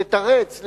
לתרץ,